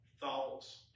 thoughts